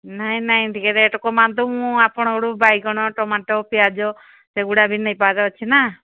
ନାଇଁ ନାଇଁ ଟିକେ ରେଟ୍ କମାନ୍ତୁ ମୁଁ ଆପଣଙ୍କଠୁ ବାଇଗଣ ଟମାଟୋ ପିଆଜ ସେଗୁଡ଼ା ବି ନେବାର ଅଛି ନା